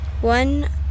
One